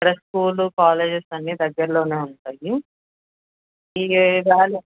ఇక్కడ school colleges అన్నీ దగ్గరలో ఉంటాయి ఈ